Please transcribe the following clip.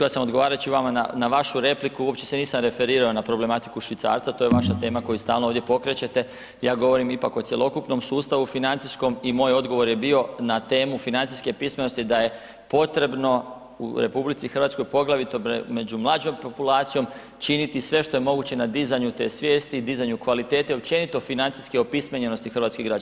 Ja sam odgovarajući vama na vašu repliku, uopće se nisam referirao na problematiku švicarca to je vaša tema koju stalno ovdje pokrećete, ja govorim ipak o cjelokupnom sustavu financijskom i moja odgovor je bio na temu financijske pismenosti da je potrebno u RH, poglavito među mlađom populacijom činiti sve što je moguće na dizanju te svijesti, dizanju kvalitete općenito financijske opismenjenosti hrvatskih građana.